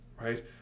right